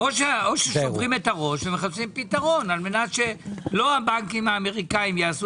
או שוברים את הראש ומחפשים פתרון כדי שלא הבנקים האמריקאים יעשו